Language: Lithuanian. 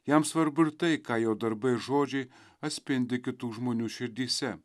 jam svarbu ir tai ką jo darbai ir žodžiai atspindi kitų žmonių širdyse